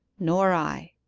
nor i.